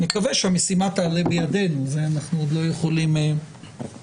נקווה שהמשימה תעלה בידנו ואנחנו עוד לא יכולים להבטיח.